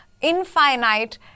Infinite